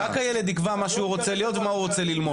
רק הילד יקבע מה הוא רוצה להיות ומה הוא רוצה ללמוד.